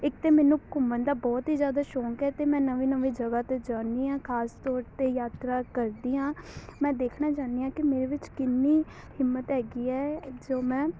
ਇੱਕ ਤਾਂ ਮੈਨੂੰ ਘੁੰਮਣ ਦਾ ਬਹੁਤ ਹੀ ਜ਼ਿਆਦਾ ਸ਼ੌਕ ਹੈ ਅਤੇ ਮੈਂ ਨਵੇਂ ਨਵੇਂ ਜਗ੍ਹਾ 'ਤੇ ਜਾਂਦੀ ਹਾਂ ਖ਼ਾਸ ਤੌਰ 'ਤੇ ਯਾਤਰਾ ਕਰਦੀ ਹਾਂ ਮੈਂ ਦੇਖਣਾ ਚਾਹੁੰਦੀ ਹਾਂ ਕਿ ਮੇਰੇ ਵਿੱਚ ਕਿੰਨੀ ਹਿੰਮਤ ਹੈਗੀ ਹੈ ਜੋ ਮੈਂ